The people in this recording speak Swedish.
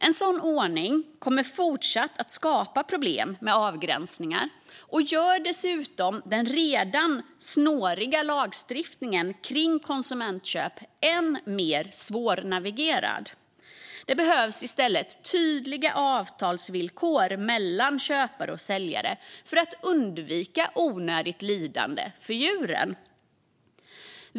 En sådan ordning kommer fortsatt att skapa problem med avgränsningar och gör dessutom den redan snåriga lagstiftningen kring konsumentköp än mer svårnavigerad. Det behövs i stället tydliga avtalsvillkor mellan köpare och säljare för att undvika onödigt lidande för djuren.